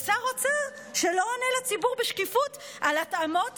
ושר אוצר שלא עונה לציבור בשקיפות על התאמות